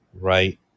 Right